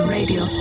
Radio